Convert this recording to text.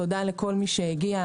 תודה לכל מי שהגיע.